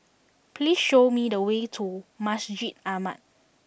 please show me the way to Masjid Ahmad